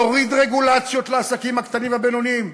להוריד רגולציות לעסקים הקטנים והבינוניים.